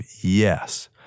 yes